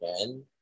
again